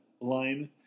line